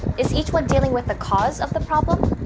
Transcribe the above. is each one dealing with a cause of the problem,